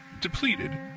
Depleted